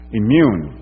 immune